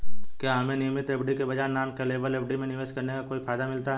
क्या हमें नियमित एफ.डी के बजाय नॉन कॉलेबल एफ.डी में निवेश करने का कोई फायदा मिलता है?